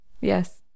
Yes